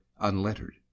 unlettered